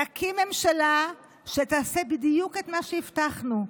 נקים ממשלה שתעשה בדיוק את מה שהבטחנו,